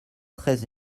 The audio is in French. treize